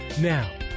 Now